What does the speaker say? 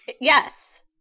Yes